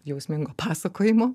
jausmingo pasakojimo